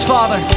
Father